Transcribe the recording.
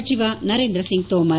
ಸಚಿವ ನರೇಂದ್ರ ಸಿಂಗ್ ತೋಮರ್